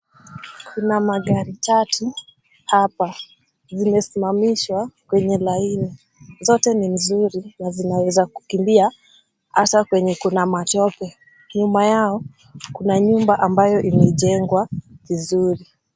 Kuna magari tatu hapa zimesimamishwa kwenye laini. Zote ni nzuri na zinawezakukimbia ata kwenye kuna matope. Nyuma yao kuna nyumba ambayo imejengwa vizuri.